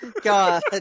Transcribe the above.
God